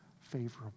favorable